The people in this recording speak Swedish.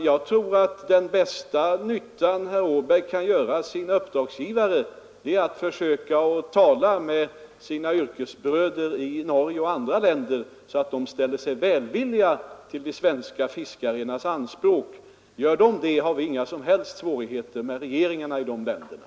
Jag tror alltså att den bästa nyttan herr Åberg kan göra för sina uppdragsgivare är att försöka tala med sina yrkesbröder i Norge och andra länder, så att de ställer sig välvilliga till de svenska fiskarnas anspråk. Gör de det har vi inga som helst svårigheter med regeringarna i de länderna.